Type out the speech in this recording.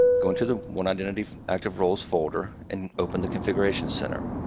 go into the one identity active roles folder and open the configuration center.